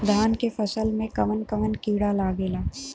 धान के फसल मे कवन कवन कीड़ा लागेला?